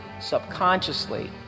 subconsciously